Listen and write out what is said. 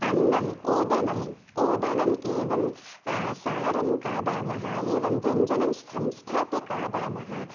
अन्म् ओदनम् ओदनम् एवं सारं खादामः एवं व्यञ्जनं संस्थाप्य खादामः